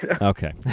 Okay